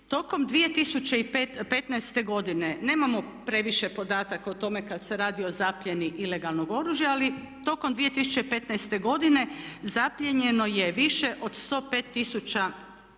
Tokom 2015.godine nemamo previše podataka o tome kad se radi o zapljeni ilegalnog oružja ali tokom 2015.godine zapljeno je više od 105 tisuća